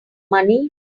money